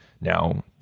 now